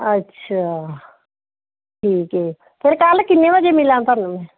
ਅੱਛਾ ਠੀਕ ਹੈ ਫਿਰ ਕੱਲ੍ਹ ਕਿੰਨੇ ਵਜੇ ਮਿਲਾਂ ਤੁਹਾਨੂੰ ਮੈਂ